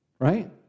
Right